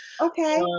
Okay